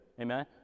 amen